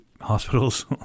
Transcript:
hospitals